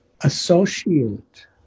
associate